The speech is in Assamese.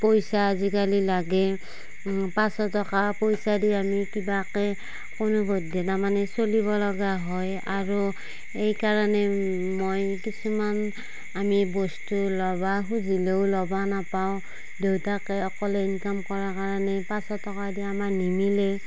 পইচা আজিকালি লাগে পাচঁশ টকা পইচা দি আমি কিবাকে কোনোপধ্যে তাৰমানে চলিব লগা হয় আৰু এই কাৰণে মই কিছুমান আমি বস্তু ল'ব খুজিলিও ল'ব নাপাওঁ দেউতাকে অকলে ইনকাম কৰা কাৰণে পাচঁশ টকা দি আমাৰ নিমিলে